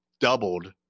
doubled